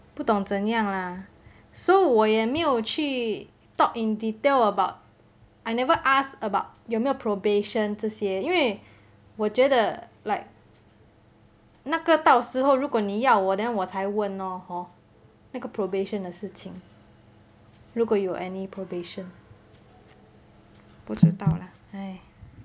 不懂怎样 lah so 我也没有去 talk in detail about I never asked about 有没有 probation 这些因为我觉得 like 那个到时候如果你要我 then 我才问咯 hor 那个 probation 的事情如果有 any probation 不知道啦唉